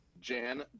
Jan